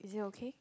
is it okay